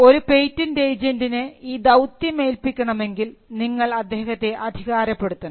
ഒരു പേറ്റന്റ് ഏജൻറിനെ ഈ ദൌത്യം ഏൽപ്പിക്കണം എങ്കിൽ നിങ്ങൾ അദ്ദേഹത്തെ അധികാരപ്പെടുത്തണം